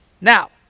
now